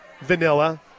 vanilla